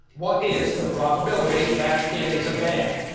what is the probability that it is a van?